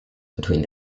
between